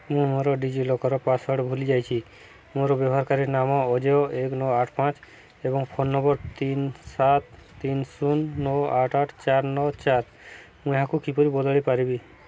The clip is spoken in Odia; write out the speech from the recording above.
ମୁଁ ମୋର ଡିଜିଲକର୍ର ପାସୱାର୍ଡ଼ ଭୁଲି ଯାଇଛି ମୋର ବ୍ୟବହାରକାରୀ ନାମ ଅଜୟ ଏକ ନଅ ଆଠ ପାଞ୍ଚ ଏବଂ ଫୋନ୍ ନମ୍ବର୍ ତିନି ସାତ ତିନି ଶୂନ ନଅ ଆଠ ଆଠ ଚାରି ନଅ ଚାରି ମୁଁ ଏହାକୁ କିପରି ବଦଳି ପାରିବି